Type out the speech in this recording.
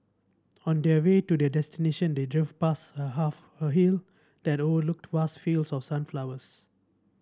on their way to their destination they drove past a half a hill that overlooked vast fields of sunflowers